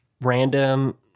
random